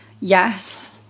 Yes